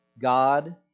God